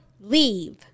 Leave